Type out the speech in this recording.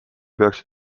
peaksid